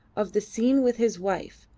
of the scene with his wife,